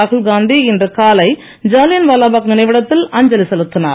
ராகுல்காந்தி இன்று காலை ஜாலியன் வாலாபாக் நினைவிடத்தில் அஞ்சலி செலுத்தினார்